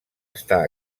estar